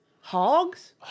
Hogs